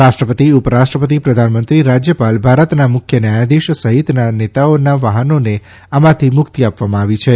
રાષ્ટ્રપતિ ઉપરાષ્ટ્રપતિ પ્રધાનમંત્રી રાજ્યપાલ ભારતના મુખ્ય ન્યાયાધીશ સહિતનાં નેતાઓના વાહનોને આમાંથી મુક્તિ આપવામાં આવી છે